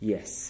Yes